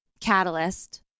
catalyst